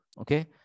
okay